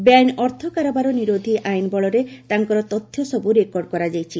ବେଆଇନ ଅର୍ଥ କାରବାର ନିରୋଧୀ ଆଇନ ବଳରେ ତାଙ୍କର ତଥ୍ୟ ସବୁ ରେକର୍ଡ କରାଯାଇଛି